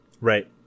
Right